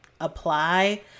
apply